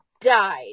died